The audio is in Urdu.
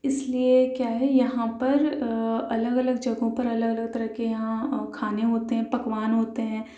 اس لیے کیا ہے یہاں پر الگ الگ جگہوں پر الگ الگ طرح کے یہاں کھانے ہوتے ہیں پکوان ہوتے ہیں